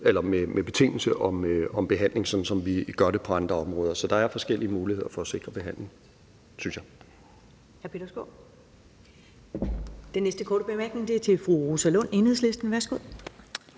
dom med betingelse om behandling, sådan som vi gør det på andre områder. Så der er forskellige muligheder for at sikre behandling, synes jeg.